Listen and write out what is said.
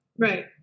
Right